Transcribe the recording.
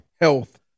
Health